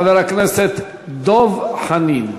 חבר הכנסת דב חנין.